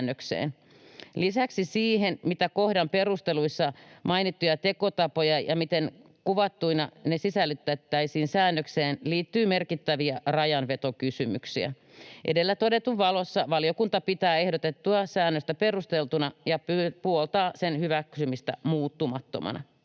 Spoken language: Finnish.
Lisäksi siihen, mitä kohdan perusteluissa mainittuja tekotapoja ja miten kuvattuina sisällytettäisiin säännökseen, liittyy merkittäviä rajanvetokysymyksiä. Edellä todetun valossa valiokunta pitää ehdotettua säännöstä perusteltuna ja puoltaa sen hyväksymistä muuttamattomana.